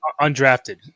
Undrafted